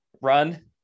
run